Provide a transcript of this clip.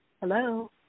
Hello